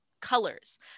colors